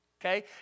Okay